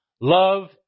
love